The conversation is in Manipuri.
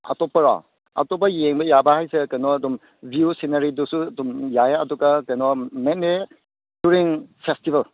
ꯑꯇꯣꯞꯄꯔꯣ ꯑꯇꯣꯞꯄ ꯌꯦꯡꯕ ꯌꯥꯕ ꯍꯥꯏꯁꯦ ꯀꯩꯅꯣ ꯑꯗꯨꯝ ꯚꯤꯎ ꯁꯤꯅꯔꯤꯗꯨꯁꯨ ꯑꯗꯨꯝ ꯌꯥꯏꯌꯦ ꯑꯗꯨꯒ ꯀꯩꯅꯣ ꯃꯦꯅꯤ ꯇꯨꯔꯤꯡ ꯐꯦꯁꯇꯤꯕꯦꯜ